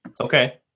okay